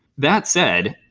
that said,